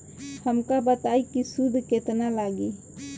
हमका बताई कि सूद केतना लागी?